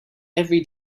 every